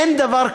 אין דבר כזה.